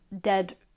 dead